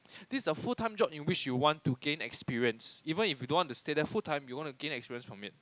this a full-time job in which you want to gain experience even if you don't want to stay there full-time you want to gain experience from it